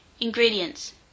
Ingredients